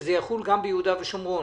שזה יחול גם ביהודה ושומרון.